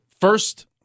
First